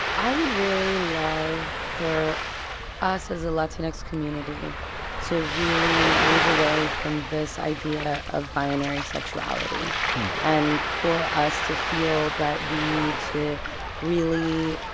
i would really love for us as a latinx community to really move away from this idea of binary sexuality and for us to feel that we need to really